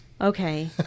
Okay